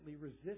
resist